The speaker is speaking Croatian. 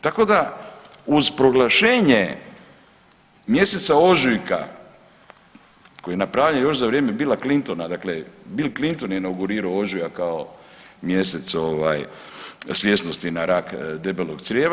Tako da uz proglašenje mjeseca ožujka koji je napravljen još za vrijeme Bila Clintona, dakle Bil Clinton je inaugurirao ožujak kao mjesec svjesnosti na rak debelog crijeva.